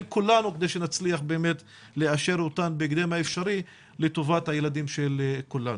כולנו כדי שנצליח לאשר אותם בהקדם האפשרי לטובת הילדים של כולנו.